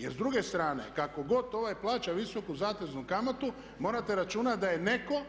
Jer s druge strane kako god ovaj plaća visoku zateznu kamatu morate računati da je netko